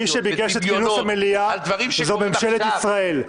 מי שביקש את כינוס המליאה היא ממשלת ישראל.